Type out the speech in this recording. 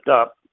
up